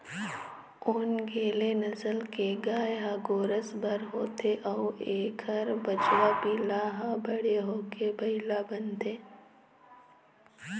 ओन्गेले नसल के गाय ह गोरस बर होथे अउ एखर बछवा पिला ह बड़े होके बइला बनथे